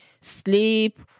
Sleep